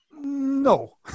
No